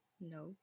No